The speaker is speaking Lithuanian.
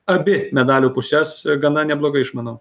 abi medalio puses gana neblogai išmanau